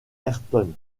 ayrton